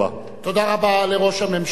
תודה רבה לראש הממשלה.